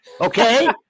Okay